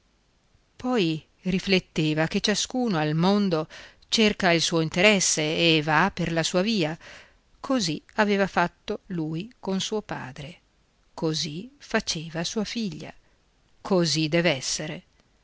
poi rifletteva che ciascuno al mondo cerca il suo interesse e va per la sua via così aveva fatto lui con suo padre così faceva sua figlia così dev'essere